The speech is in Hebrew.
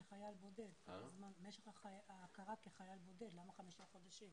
גם משך ההכרה כחייל בודד, למה זה אורך 5 חודשים?